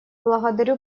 благодарю